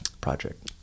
project